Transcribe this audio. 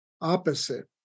opposite